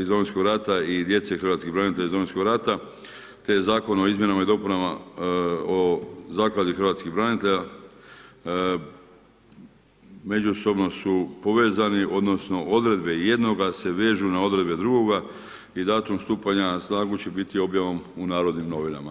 iz Domovinskog rata i djece hrvatskih branitelja iz Domovinskog rata te zakon o izmjenama i dopunama Zakona o Zakladi hrvatskih branitelja, međusobno su povezani odnosno odredbe jednoga se vežu na odredbe drugoga i datum stupanja na snagu će biti objavom u Narodnim novinama.